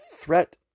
threat